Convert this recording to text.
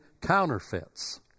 counterfeits